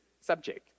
subject